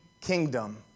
Kingdom